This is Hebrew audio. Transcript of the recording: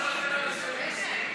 מחכים למזכירת הכנסת שתגיע.